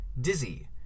Dizzy